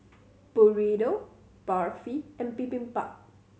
Burrito Barfi and Bibimbap